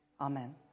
Amen